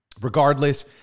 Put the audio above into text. Regardless